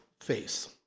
face